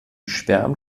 schwärmt